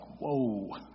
whoa